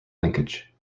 linkage